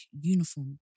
uniform